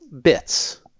bits